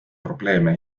probleeme